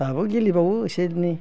दाबो गेलेबावो एसे एनै